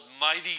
mighty